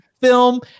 film